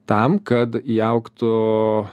tam kad įaugtų